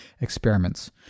experiments